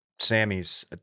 Sammys